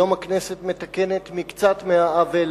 היום הכנסת מתקנת מקצת מהעוול